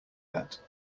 that